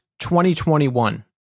2021